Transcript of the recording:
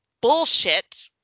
bullshit